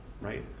Right